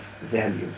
value